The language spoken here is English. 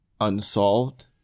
unsolved